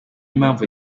impamvu